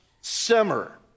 simmer